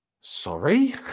Sorry